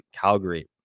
Calgary